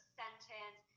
sentence